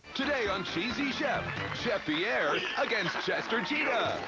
today on cheesy chef, chef pierre against chester cheetah.